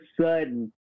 sudden